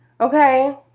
okay